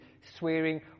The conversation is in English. swearing